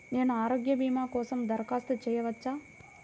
నేను ఆరోగ్య భీమా కోసం దరఖాస్తు చేయవచ్చా?